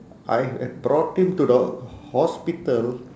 I had brought him to the hospital